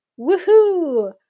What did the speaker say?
woohoo